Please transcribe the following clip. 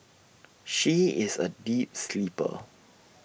she is A deep sleeper